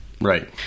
Right